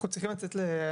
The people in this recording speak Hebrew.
אנחנו צריכים לצאת ולבדוק.